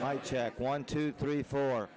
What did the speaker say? my check one two three four